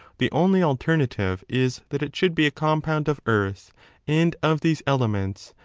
the only alternative is that it should be a compound of earth and of these elements,